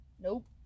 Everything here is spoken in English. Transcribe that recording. nope